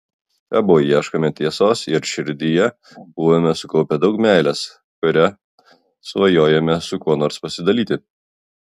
abu ieškojome tiesos ir širdyje buvome sukaupę daug meilės kuria svajojome su kuo nors pasidalyti